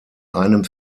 einem